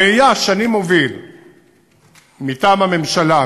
הראייה שאני מוביל מטעם הממשלה,